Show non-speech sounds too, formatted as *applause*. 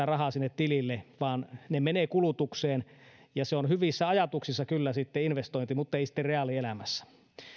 *unintelligible* rahaa sinne tilille vaan ne menevät kulutukseen ja se on investointi hyvissä ajatuksissa kyllä mutta ei sitten reaalielämässä